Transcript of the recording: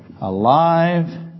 Alive